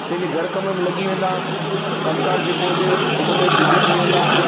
पंहिंजे घरु कमु में लॻी वेंदा कमु कारि जेको हुजे हुन में बिज़ी थी वेंदा